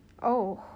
oh